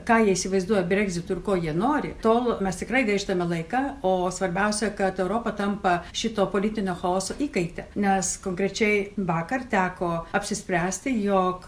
ką jie įsivaizduoja bregzitu ir ko jie nori tol mes tikrai gaištame laiką o svarbiausia kad europa tampa šito politinio chaoso įkaite nes konkrečiai vakar teko apsispręsti jog